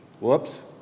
Whoops